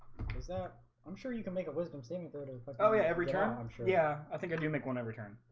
is that i'm sure you can make up wisdom saying but but oh yeah every time i'm sure yeah, i think if you make one every turn